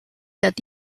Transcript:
that